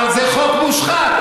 אבל זה חוק מושחת.